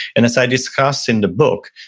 and as i discuss in the book,